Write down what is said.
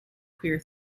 queer